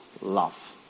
love